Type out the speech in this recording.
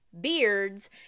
beards